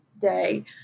day